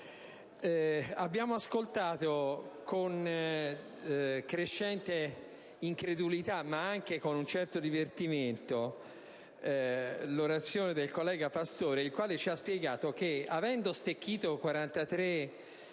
Abbiamo ascoltato con crescente incredulità, ma anche con un certo divertimento, l'orazione del collega Pastore, il quale ci ha spiegato che, avendo "stecchito" 43 articoli,